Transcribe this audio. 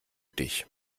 dich